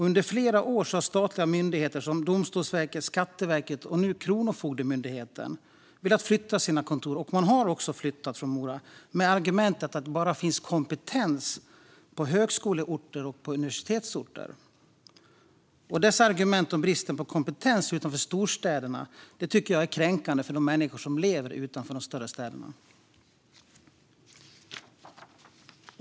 Under flera år har statliga myndigheter som Domstolsverket, Skatteverket och nu Kronofogdemyndigheten velat flytta sina kontor. Man har också flyttat från Mora med argumentet att kompetens bara finns på högskoleorter och universitetsorter. Dessa argument om bristen på kompetens utanför storstäderna tycker jag är kränkande för de människor som lever utanför de större städerna.